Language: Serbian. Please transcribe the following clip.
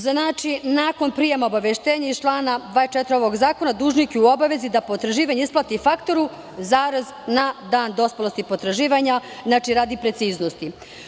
Znači, nakon prijema obaveštenja iz člana 24. ovog zakona, dužnik je u obavezi da potraživanje isplati faktoru, na dan dospelosti potraživanja, radi preciznosti.